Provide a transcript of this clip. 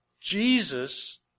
Jesus